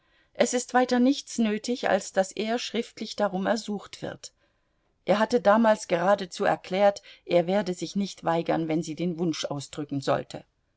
es ist weiter nichts nötig als daß er schriftlich darum ersucht wird er hatte damals geradezu erklärt er werde sich nicht weigern wenn sie den wunsch ausdrücken sollte